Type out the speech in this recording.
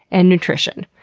and nutrition.